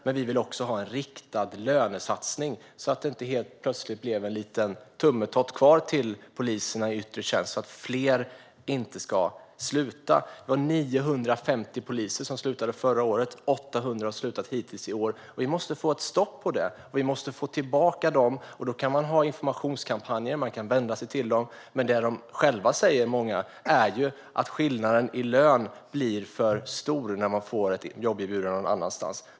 Men vi vill också ha en riktad lönesatsning, så att det inte helt plötsligt blir en liten tummetott kvar till poliserna i yttre tjänst, så att fler inte ska sluta. 950 poliser slutade förra året, och 800 har slutat hittills i år. Vi måste få ett stopp på detta, och vi måste få tillbaka dem. Då kan man ha informationskampanjer och man kan vända sig till dem, men det många av dem själva säger är att skillnaden i lön blir för stor när de får ett jobberbjudande någon annanstans.